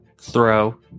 throw